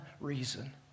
reason